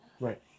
Right